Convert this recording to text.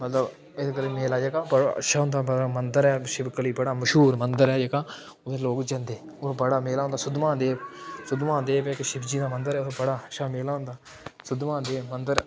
मतलब एह्दे कन्नै मेला जेह्का बड़ा अच्छा होंदा बड़ा मंदर ऐ शिवगली बड़ा मश्हूर मंदर ऐ जेह्का उत्थै लोक जंदे उत्थै बड़ा मेला होंदा सुद्धमहादेव सुद्धमहादेव इक शिव जी दा मंदर ऐ उत्थै बड़ा अच्छा मेला होंदा सुद्धमहादेव मंदर